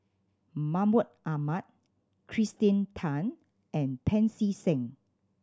Mahmud Ahmad Kirsten Tan and Pancy Seng